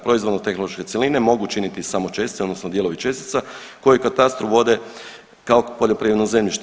Proizvodno tehnološke cjeline mogu činiti samo čestice odnosno dijelovi čestica koji u katastru vode kao poljoprivredno zemlje.